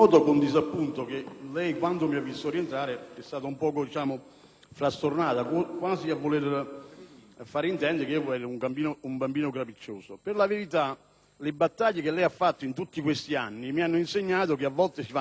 a fare intendere che io sarei un bambino capriccioso. Per la verità, le battaglie da lei condotte in tutti questi anni mi hanno insegnato che, a volte, si conducono battaglie anche per asserire principi che non tutti, probabilmente, possono individuare subito.